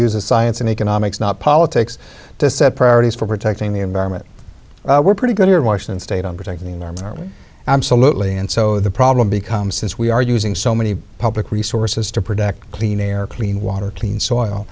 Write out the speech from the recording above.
uses science and economics not politics to set priorities for protecting the environment we're pretty good here in washington state on protecting the environment absolutely and so the problem becomes since we are using so many public resources to protect clean air clean water clean soil